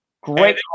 Great